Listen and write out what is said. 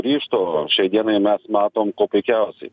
ryžto šiai dienai mes matom kuo puikiausiai